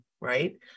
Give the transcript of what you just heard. right